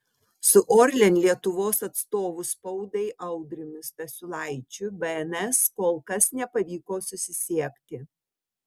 su orlen lietuvos atstovu spaudai audriumi stasiulaičiu bns kol kas nepavyko susisiekti